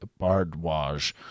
Bardwaj